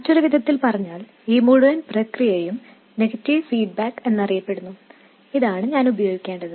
മറ്റൊരു വിധത്തിൽ പറഞ്ഞാൽ ഈ മുഴുവൻ പ്രക്രിയയും നെഗറ്റീവ് ഫീഡ്ബാക്ക് എന്നറിയപ്പെടുന്നു ഇതാണ് ഞാൻ ഉപയോഗിക്കേണ്ടത്